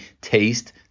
taste